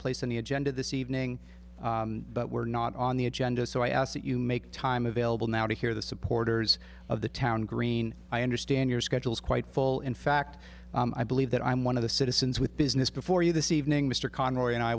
place on the agenda this evening but were not on the agenda so i ask that you make time available now to hear the supporters of the town green i understand your schedule is quite full in fact i believe that i am one of the citizens with business before you this evening mr conway and i